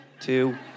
two